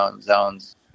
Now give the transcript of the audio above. zones